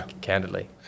candidly